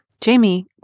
Jamie